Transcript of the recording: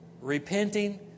repenting